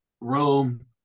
Rome